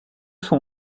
sont